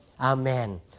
amen